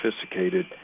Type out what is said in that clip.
sophisticated